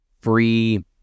free